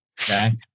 Okay